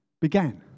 began